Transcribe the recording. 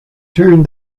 turned